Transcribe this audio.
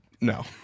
No